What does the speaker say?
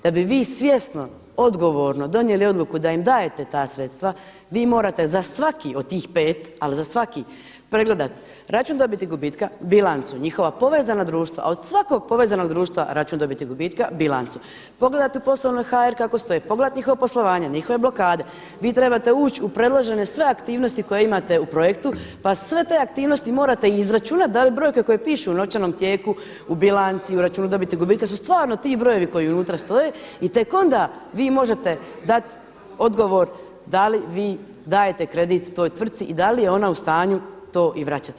Da bi vi svjesno, odgovorno donijeli odluku da im dajete ta sredstva vi morate za svaki od tih pet, ali za svaki, pregledat račun dobiti gubitka, bilancu, njihova povezana društva, a od svakog povezanog društva račun dobiti gubitka, bilancu. … [[Govornica prebrzo priča, ne razumije se.]] pogledati u poslovno.hr kako stoji, pogledati njihovo poslovanje, njihove blokade, vi trebate uć u predložene sve aktivnosti koje imate u projektu pa sve te aktivnosti morate izračunati da ove brojke koje pišu u novčanom tijeku u bilanci u računu dobiti i gubitka su stvarno ti brojevi koji unutra stoje i tek onda vi možete dat odgovor da li vi dajete kredit toj tvrci i da li je ona u stanju to i vraćati.